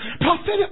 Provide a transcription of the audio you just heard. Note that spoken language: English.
Prophetic